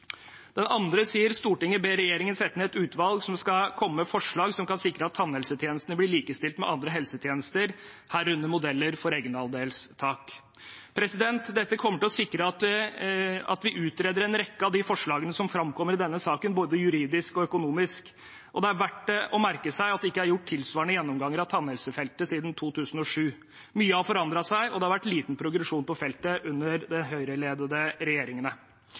ned et utvalg som skal komme med forslag som kan sikre at tannhelsetjenestene blir likestilt med andre helsetjenester, herunder modeller for egenandelstak». Dette kommer til å sikre at vi utreder en rekke av de forslagene som framkommer i denne saken, både juridisk og økonomisk, og det er verdt å merke seg at det ikke er gjort tilsvarende gjennomganger av tannhelsefeltet siden 2007. Mye har forandret seg, og det har vært liten progresjon på feltet under de Høyre-ledede regjeringene.